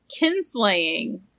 kinslaying